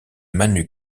manu